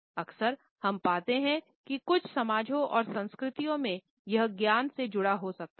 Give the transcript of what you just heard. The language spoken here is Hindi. अक्सर हम पाते हैं कि कुछ समाजों और संस्कृतियों में यह ज्ञान से जुड़ा हो सकता है